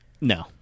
No